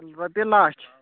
رۄپیہِ لَچھ